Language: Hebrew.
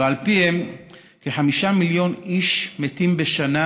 ועל פיהם כחמישה מיליון איש מתים בשנה